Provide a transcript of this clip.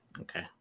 Okay